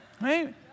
Right